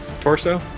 Torso